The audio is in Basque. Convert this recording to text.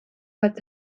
bat